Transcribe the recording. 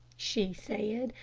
she said,